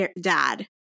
dad